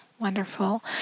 Wonderful